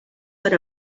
per